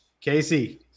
Casey